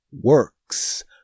works